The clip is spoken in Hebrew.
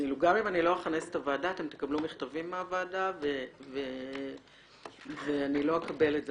גם אם לא אכנס את הוועדה אתם תקבלו מכתבים מהוועדה ואני לא אקבל את זה,